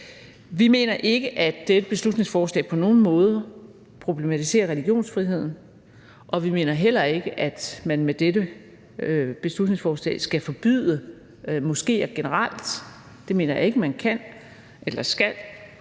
Vi mener ikke, at dette beslutningsforslag på nogen måde problematiserer religionsfriheden, og vi mener heller ikke, at man med dette beslutningsforslag skal forbyde moskéer generelt. Det mener jeg ikke at man kan eller skal.